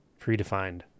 predefined